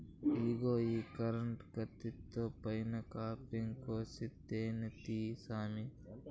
ఇగో ఈ కరెంటు కత్తితో పైన కాపింగ్ కోసి తేనే తీయి సామీ